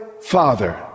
father